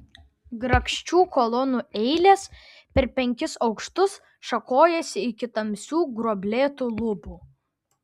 grakščių kolonų eilės per penkis aukštus šakojosi iki tamsių gruoblėtų lubų